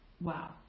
wow